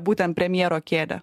būtent premjero kėdę